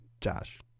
Josh